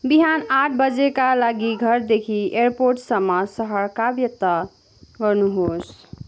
बिहान आठ बजेका लागि घरदेखि एयरपोर्टसम्म सहर क्याब तय गर्नुहोस्